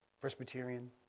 Presbyterian